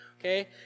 Okay